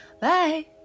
Bye